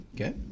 Okay